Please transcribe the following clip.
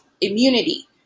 immunity